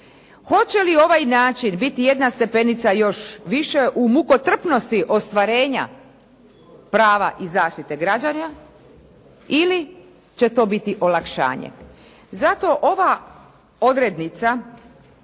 Hoće li ovaj način biti jedna stepenica još više u mukotrpnosti ostvarenja prava i zaštite građana ili će to biti olakšanje.